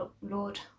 Lord